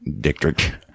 District